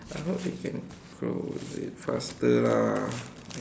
I hope they can go the faster lah